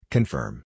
Confirm